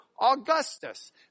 Augustus